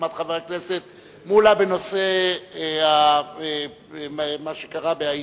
ביוזמת חבר הכנסת מולה בנושא מה שקרה בהאיטי,